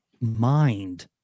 mind